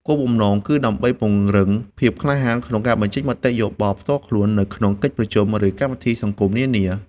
គោលបំណងគឺដើម្បីពង្រឹងភាពក្លាហានក្នុងការបញ្ចេញមតិយោបល់ផ្ទាល់ខ្លួន នៅក្នុងកិច្ចប្រជុំ ឬកម្មវិធីសង្គមផ្សេងៗ។